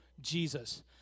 Jesus